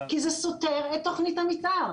כי זה סותר את תוכנית המתאר.